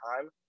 time